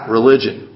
Religion